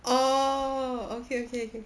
oh okay okay okay